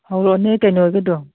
ꯍꯧꯔꯛꯑꯣꯅꯦ ꯀꯩꯅꯣꯒꯤꯗꯣ